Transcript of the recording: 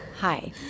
Hi